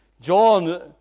John